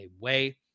away